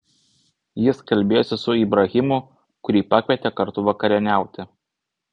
jis kalbėjosi su ibrahimu kurį pakvietė kartu vakarieniauti